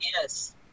Yes